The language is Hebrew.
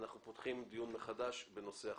אנחנו פותחים דיון מחדש בנושא החוק.